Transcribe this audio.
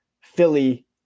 Philly